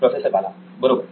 professor Bala बरोबर